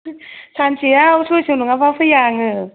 सानसेयाव सयस' नङाब्ला फैया आङो